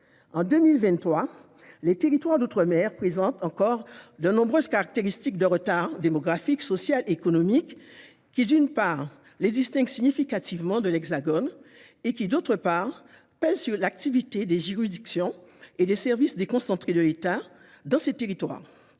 En 2023, les territoires d'outre-mer présentent encore de nombreuses caractéristiques d'un retard en matière démographique, sociale et économique qui, d'une part, les distingue significativement de l'Hexagone, d'autre part, pèse sur l'activité des juridictions et des services déconcentrés de l'État. L'accès au droit y est